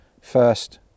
first